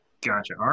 Gotcha